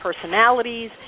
personalities